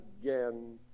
again